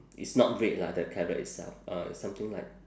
it's not red lah that carrot itself uh it's something like